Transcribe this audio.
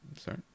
sorry